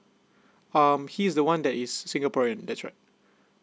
um he is the one that is singaporean that's right